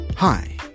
Hi